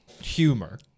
humor